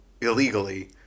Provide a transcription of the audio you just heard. illegally